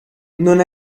non